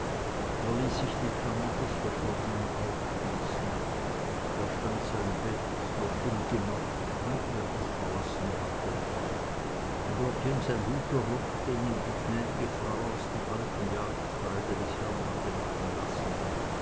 er ließ sich die kammer des verschollenen aufschließen da stand sein bett noch ungemacht wie er es verlassen hatte dort hing sein guter rock den ihm die gnädige frau aus dem alten jagdkleide des herrn hatte machen lassen